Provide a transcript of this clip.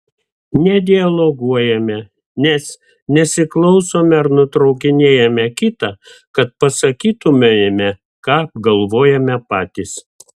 nedialoguojame nes nesiklausome ar nutraukinėjame kitą kad pasakytumėme ką galvojame patys